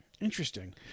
Interesting